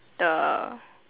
the